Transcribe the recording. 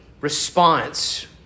response